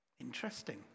Interesting